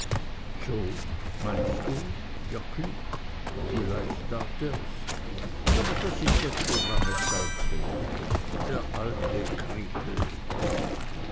so meinst du wirklich vielleicht tat ers aber das ist jetzt schon lange zeit her der alte